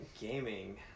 gaming